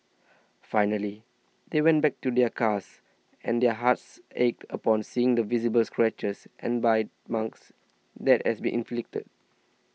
finally they went back to their cars and their hearts ached upon seeing the visible scratches and bite marks that had been inflicted